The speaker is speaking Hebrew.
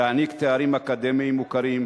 הענקת תארים אקדמיים מוכרים,